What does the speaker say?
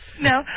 No